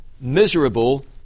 miserable